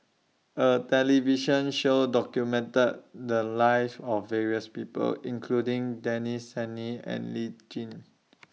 A New television Show documented The Lives of various People including Denis Santry and Lee Tjin